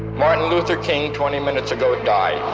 martin luther king, twenty minutes ago, died